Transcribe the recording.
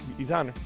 he's on